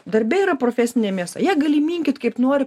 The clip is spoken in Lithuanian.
darbe yra profesinė mėsa ją gali minkyt kaip nori